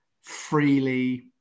freely